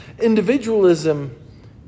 Individualism